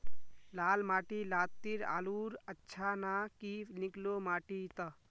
लाल माटी लात्तिर आलूर अच्छा ना की निकलो माटी त?